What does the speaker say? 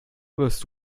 wirst